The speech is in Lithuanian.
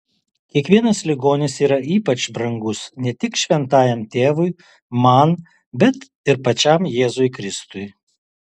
kiekvienas ligonis yra ypač brangus ne tik šventajam tėvui man bet ir pačiam jėzui kristui